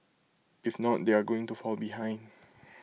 if not they are going to fall behind